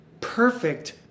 perfect